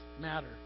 matter